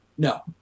No